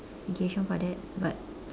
~fication for that but